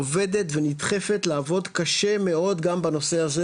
עובדת ונדחפת לעבוד קשה מאוד גם בנושא הזה,